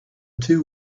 two